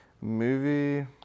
Movie